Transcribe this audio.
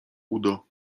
udo